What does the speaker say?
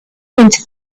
into